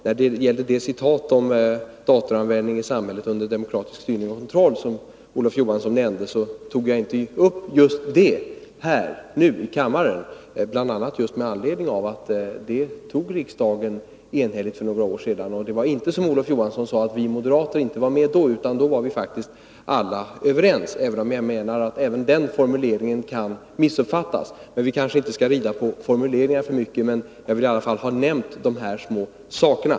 Just det citat om datoranvändning i samhället under demokratisk styrning och kontroll som Olof Johansson nämnde tog jag inte upp här i kammaren, bl.a. med anledning av att riksdagen enhälligt fattade beslut på den punkten för några år sedan. Det var inte så, som Olof Johansson sade, att vi moderater inte var med om det, utan alla var faktiskt överens — även om jag menar att också den formuleringen kan missuppfattas. Vi kanske inte skall rida alltför mycket på formuleringar, men jag vill ändå ha nämnt dessa saker. Herr talman!